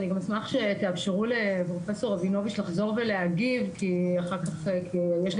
אני גם אשמח שתאפשרו לפרופ' רבינוביץ' לחזור ולהגיב כי יש גם